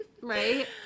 right